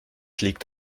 liegt